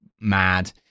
mad